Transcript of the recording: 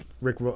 Rick